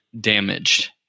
damaged